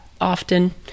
often